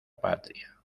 patria